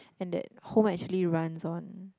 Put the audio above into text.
and that home actually runs one